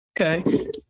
Okay